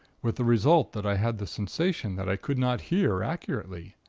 with the result that i had the sensation that i could not hear acutely.